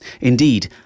Indeed